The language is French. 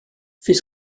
fait